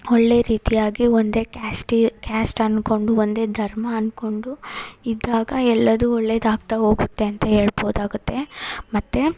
ಒಳ್ಳೆಯ ರೀತಿಯಾಗಿ ಒಂದೇ ಕ್ಯಾಸ್ಟಿ ಕ್ಯಾಸ್ಟ್ ಅಂದ್ಕೊಂಡು ಒಂದೇ ಧರ್ಮ ಅಂದ್ಕೊಂಡು ಇದ್ದಾಗ ಎಲ್ಲವೂ ಒಳ್ಳೇದಾಗ್ತಾ ಹೋಗುತ್ತೆ ಅಂತ ಹೇಳ್ಬೋದಾಗತ್ತೆ ಮತ್ತು